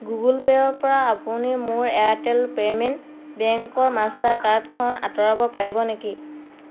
Google পে'ৰপৰা আপুনি মোৰ এয়াৰটেল পে'মেণ্ট বেংকৰ মাষ্টাৰ কাৰ্ডখন আঁতৰাব পাৰিব নেকি